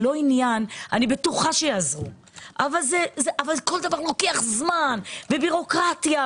אני בטוחה שיעזרו אבל כל דבר לוקח זמן ובירוקרטיה.